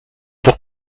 pour